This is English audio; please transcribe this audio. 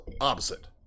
opposite